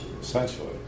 essentially